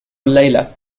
الليلة